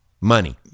money